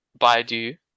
baidu